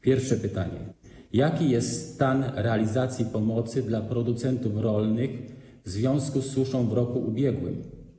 Pierwsze pytanie: Jaki jest stan realizacji pomocy dla producentów rolnych w związku z suszą w roku ubiegłym?